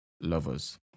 lovers